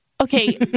Okay